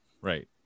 right